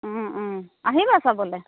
অঁ অঁ আহিবা চাবলৈ